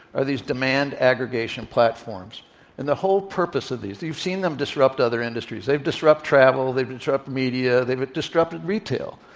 are these demand aggregation platforms and the whole purpose of these, you've seen them disrupt other industries. they disrupt travel. they disrupt media. they disrupt retail.